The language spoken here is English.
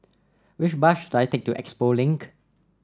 which bus should I take to Expo Link